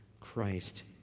Christ